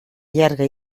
llarga